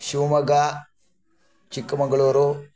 Shivamogga Chikkamagaluru